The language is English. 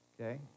Okay